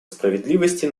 справедливости